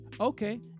Okay